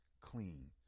clean